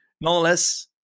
Nonetheless